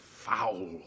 Foul